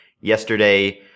Yesterday